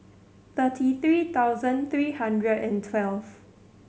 thirty three thousand three hundred and twelve